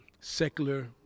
secular